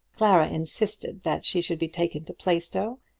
clara insisted that she should be taken to plaistow,